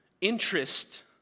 interest